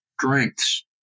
strengths